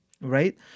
right